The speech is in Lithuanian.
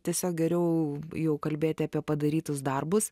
tiesiog geriau jau kalbėti apie padarytus darbus